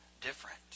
different